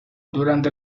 durante